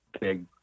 big